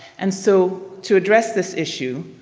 and so to address this issue,